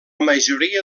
majoria